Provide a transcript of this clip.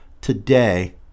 today